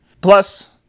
Plus